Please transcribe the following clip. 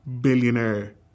billionaire